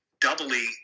doubly